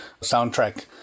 soundtrack